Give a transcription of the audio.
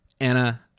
anna